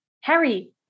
Harry